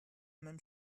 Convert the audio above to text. même